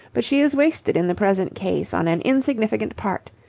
but she is wasted in the present case on an insignificant part.